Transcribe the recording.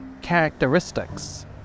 characteristics